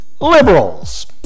liberals